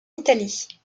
italie